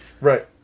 Right